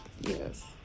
Yes